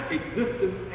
existence